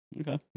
Okay